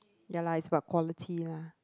ya lah it's about quality lah